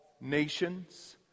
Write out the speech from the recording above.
nations